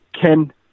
Ken